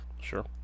Sure